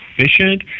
efficient